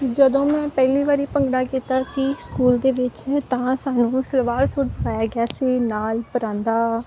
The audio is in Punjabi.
ਜਦੋਂ ਮੈਂ ਪਹਿਲੀ ਵਾਰੀ ਭੰਗੜਾ ਕੀਤਾ ਸੀ ਸਕੂਲ ਦੇ ਵਿੱਚ ਤਾਂ ਸਾਨੂੰ ਸਲਵਾਰ ਸੂਟ ਪਾਇਆ ਗਿਆ ਸੀ ਨਾਲ ਪਰਾਂਦਾ